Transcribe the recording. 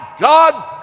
God